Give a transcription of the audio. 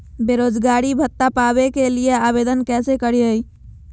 बेरोजगारी भत्ता पावे के लिए आवेदन कैसे करियय?